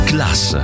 Class